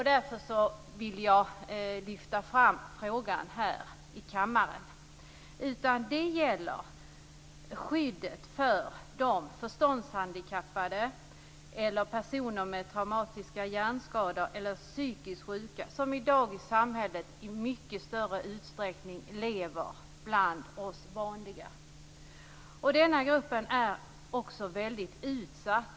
Därför vill jag lyfta fram frågan här i kammaren. Min fråga gäller skyddet för de förståndshandikappade, personer med traumatiska hjärnskador eller psykiskt sjuka som i dag i större utsträckning lever bland oss vanliga i samhället. Denna grupp är utsatt.